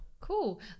Cool